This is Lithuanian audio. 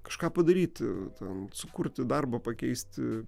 kažką padaryti ten sukurti darbą pakeisti